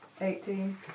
Eighteen